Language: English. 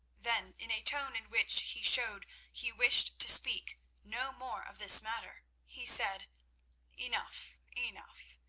then in a tone in which he showed he wished to speak no more of this matter, he said enough, enough.